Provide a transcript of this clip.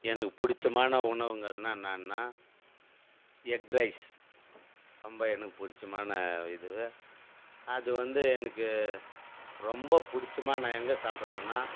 எனக்கு பிடிச்சமான உணவுங்கள்னா என்னென்னா எக் ரைஸ் ரொம்ப எனக்கு பிடிச்சமான இது அதுவந்து எனக்கு ரொம்ப பிடிச்சமா நான் எங்கே சாப்பிட்டுருக்கேன்னா